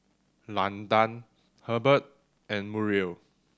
Landan Herbert and Muriel